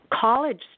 college